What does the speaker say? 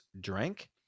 drank